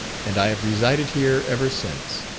and i have resided here ever since.